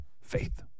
Faith